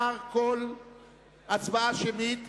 לדחות את כל ההסתייגויות להוציא הסתייגות אחת,